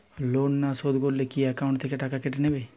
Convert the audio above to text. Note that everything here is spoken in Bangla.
লোন না শোধ করলে কি একাউন্ট থেকে টাকা কেটে নেবে?